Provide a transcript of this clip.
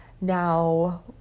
now